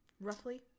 Roughly